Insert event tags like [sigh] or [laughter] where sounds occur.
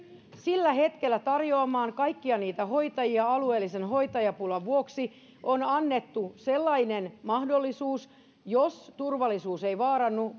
sillä hetkellä tarjoamaan kaikkia niitä hoitajia alueellisen hoitajapulan vuoksi on annettu sellainen mahdollisuus jos turvallisuus ei vaarannu [unintelligible]